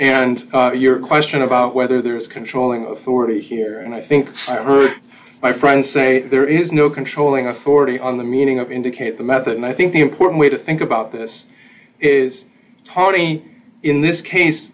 and your question about whether there is controlling forty here and i think i heard my friend say there is no controlling authority on the meaning of indicate the method and i think the important way to think about this is tony in this case